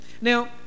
Now